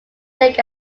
lake